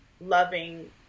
loving